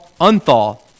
unthaw